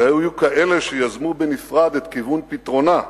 והיו כאלה שיזמו בנפרד את כיוון פתרונה,